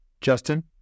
Justin